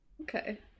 okay